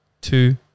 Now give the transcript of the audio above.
two